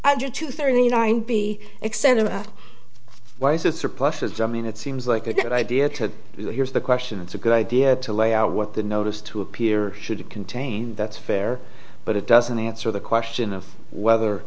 under two thirty nine be extended why is this a plus as i mean it seems like a good idea to you here's the question it's a good idea to lay out what the notice to appear should contain that's fair but it doesn't answer the question of whether